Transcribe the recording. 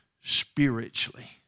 spiritually